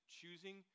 Choosing